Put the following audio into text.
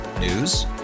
News